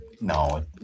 no